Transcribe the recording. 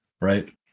right